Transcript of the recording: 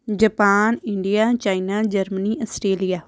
Japan India China Germany Australia